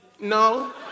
No